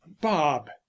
bob